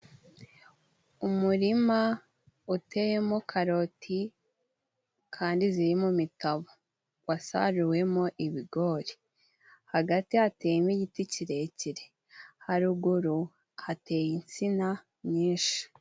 Umurima uteyemo karoti kandi ziri mu mitabo. Wasaruwemo ibigori. Hagati hateyemo igiti kirekire. Haruguru hateye insina nyinshi.